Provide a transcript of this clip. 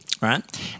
right